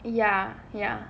ya ya